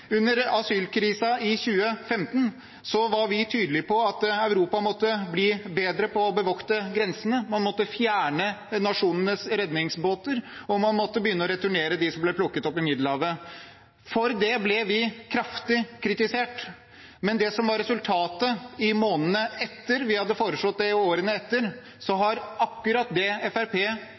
Under asylkrisen i 2015 var vi tydelige på at Europa måtte bli bedre på å bevokte grensene. Man måtte fjerne nasjonenes redningsbåter, og man måtte begynne å returnere dem som ble plukket opp i Middelhavet. For det ble vi kraftig kritisert, men i månedene og årene etter at vi foreslo det, har akkurat det